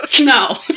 No